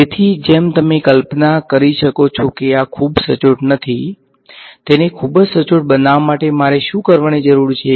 તેથી જેમ તમે કલ્પના કરી શકો છો કે આ ખૂબ સચોટ નથી તેને ખૂબ જ સચોટ બનાવવા માટે મારે શું કરવાની જરૂર છે